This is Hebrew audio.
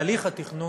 בהליך התכנון,